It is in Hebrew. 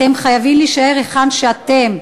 אתם חייבים להישאר היכן שאתם.